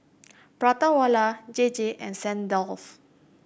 Prata Wala J J and St Dalfour